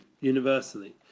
universally